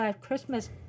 Christmas